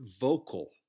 vocal